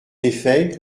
effet